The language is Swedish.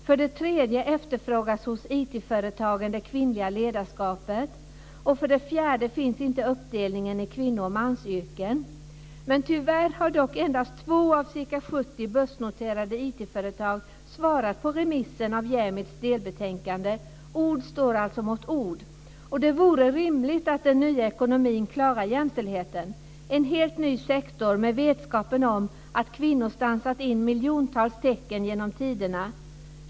För det tredje efterfrågas hos IT-företagen det kvinnliga ledarskapet. För det fjärde finns inte uppdelningen i kvinno och mansyrken. Tyvärr har dock endast två av ca 70 börsnoterade IT Ord står alltså mot ord. Det vore rimligt att den nya ekonomin, en helt ny sektor, klarar jämställdheten, med vetskap om att kvinnor stansat in miljontals tecken genom tiderna.